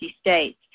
states